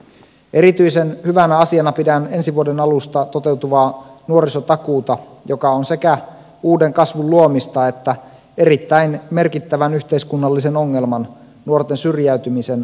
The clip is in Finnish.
erityisen hyvänä asiana pidän ensi vuoden alusta toteutuvaa nuorisotakuuta joka on sekä uuden kasvun luomista että erittäin merkittävän yhteiskunnallisen ongelman nuorten syrjäytymisen taklaamista